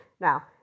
Now